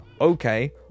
Okay